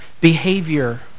behavior